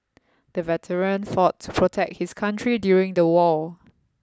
the veteran fought to protect his country during the war